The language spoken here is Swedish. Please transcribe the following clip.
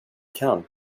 kan